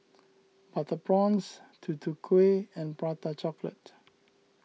Butter Prawns Tutu Kueh and Prata Chocolate